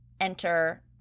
enter